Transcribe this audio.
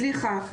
סליחה,